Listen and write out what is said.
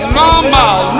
normal